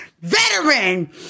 veteran